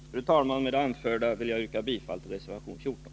Fru talman! Med det anförda yrkar jag bifall till reservation 14.